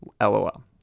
LOL